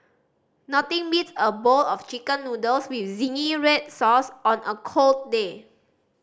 nothing beats a bowl of Chicken Noodles with zingy red sauce on a cold day